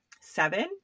seven